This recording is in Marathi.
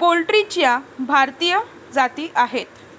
पोल्ट्रीच्या भारतीय जाती आहेत